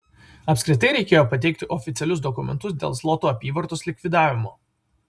apskritai reikėjo pateikti oficialius dokumentus dėl zlotų apyvartos likvidavimo